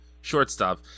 shortstop